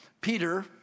Peter